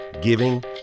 giving